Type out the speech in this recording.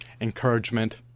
encouragement